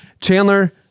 Chandler